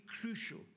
crucial